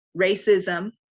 racism